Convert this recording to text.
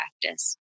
practice